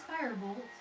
firebolt